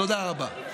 תודה רבה.